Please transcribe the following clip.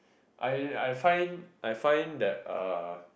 I I find I find that uh